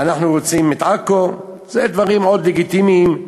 אנחנו רוצים את עכו", זה דברים מאוד לגיטימיים,